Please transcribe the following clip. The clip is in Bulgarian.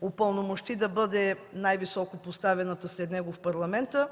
упълномощи да бъде най-високопоставената след него в Парламента.